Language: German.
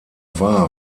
war